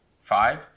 five